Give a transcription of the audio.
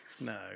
no